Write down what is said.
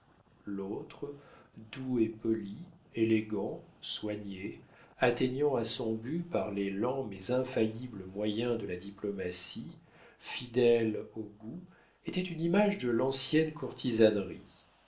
l'autre doux et poli élégant soigné atteignant à son but par les lents mais infaillibles moyens de la diplomatie fidèle au goût était une image de l'ancienne courtisanerie